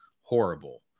horrible